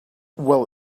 well